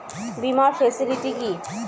বীমার ফেসিলিটি কি?